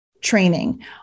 training